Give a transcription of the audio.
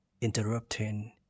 interrupting